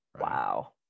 Wow